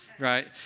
Right